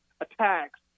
attacks